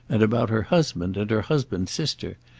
and about her husband and her husband's sister,